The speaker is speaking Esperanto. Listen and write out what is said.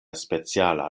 speciala